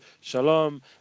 Shalom